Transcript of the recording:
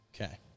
Okay